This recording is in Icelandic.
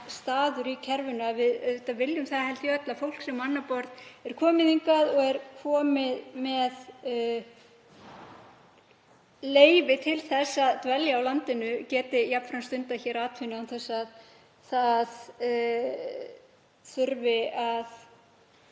að skoða, við viljum, held ég, öll að fólk sem á annað borð er komið hingað og er komið með leyfi til að dvelja á landinu geti jafnframt stundað hér atvinnu án þess að það þurfi að